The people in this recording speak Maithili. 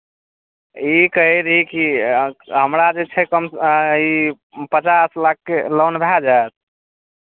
ई कहै रही कि हमरा जे छै कम ई पचास लाखके लोन भए जायत